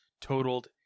totaled